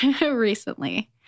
recently